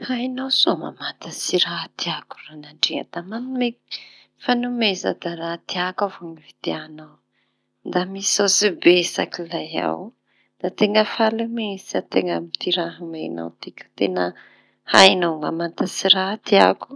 Hainao soa mamantatsy raha tiako ranandria. Da manome fanomeza da raha tiako avao vidiañao. Da misôtsy betsaka lay aho, teña faly mihitsy teña amy ty raha omenao tiky. Da teña hainao mamantasy rah tiako.